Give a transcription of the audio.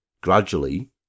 gradually